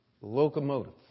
locomotive